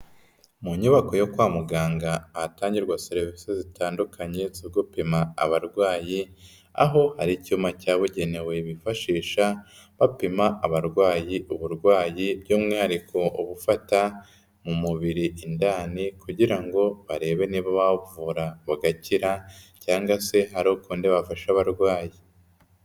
Mu nyubako yo kwa muganga ahatangirwa serivisi zitandukanye zo gupima abarwayi, aho hari icyuma cyabugenewe bifashisha bapima abarwayi uburwayi by'umwihariko bufata mu mubiri indani kugira ngo barebe niba babavura bagakira cyangwa se hari ukundi bafasha abarwayi.